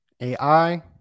AI